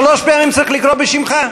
שלוש פעמים צריך לקרוא בשמך?